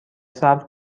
صبر